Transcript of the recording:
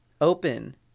open